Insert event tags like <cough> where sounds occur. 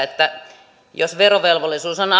<unintelligible> että jos verovelvollisuus on